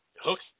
hooks